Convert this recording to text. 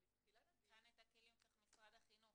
כאן את הכלים צריך משרד החינוך.